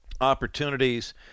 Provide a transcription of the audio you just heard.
opportunities